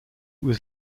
was